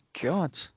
God